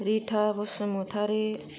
Ritha Basumatary